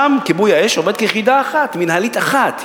שם כיבוי האש עובד כיחידה אחת, מינהלית אחת.